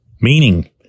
meaning